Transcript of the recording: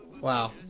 Wow